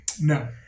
No